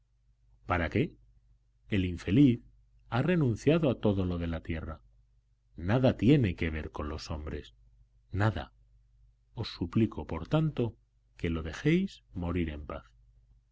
para qué el infeliz ha renunciado a todo lo de la tierra nada tiene que ver con los hombres nada os suplico por tanto que lo dejéis morir en paz